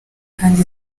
kandi